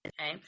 Okay